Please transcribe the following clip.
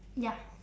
ya